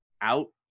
out